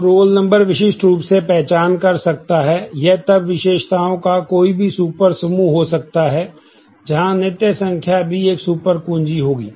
तो roll number विशिष्ट रूप पहचान कर सकता है यह तब विशेषताओं का कोई भी सुपर समूह हो सकता है जहां नित्य संख्या भी एक सुपर कुंजी होगी